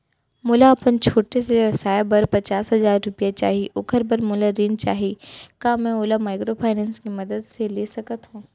मोला अपन छोटे से व्यापार बर पचास हजार रुपिया चाही ओखर बर मोला ऋण चाही का मैं ओला माइक्रोफाइनेंस के मदद से ले सकत हो?